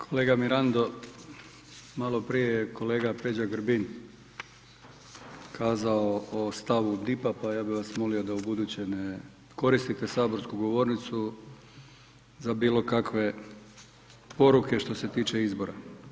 Kolega Mirando, maloprije je kolega Peđa Grbin kazao o stavu DIP-a pa bih ja vas molio da ubuduće ne koristite saborsku govornicu za bilo kakve poruke što se tiče izbora.